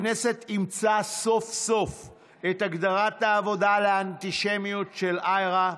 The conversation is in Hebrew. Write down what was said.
הכנסת אימצה סוף-סוף את הגדרת העבודה לאנטישמיות של IHRA,